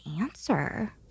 answer